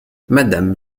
madame